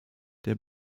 der